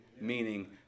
Meaning